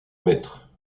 maître